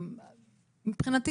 מבחינתי,